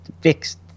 fixed